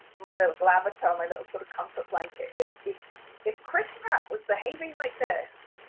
my little avatar, my little sort of, comfort blanket, is, if if chris pratt was behaving like this,